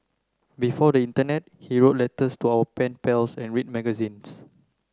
before the internet he wrote letters to our pen pals and read magazines